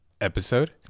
episode